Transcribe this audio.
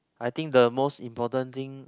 I think the most important thing